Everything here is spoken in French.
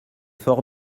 fort